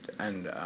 and